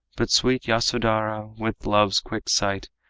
but sweet yasodhara, with love's quick sight,